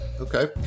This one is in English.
okay